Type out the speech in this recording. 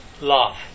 love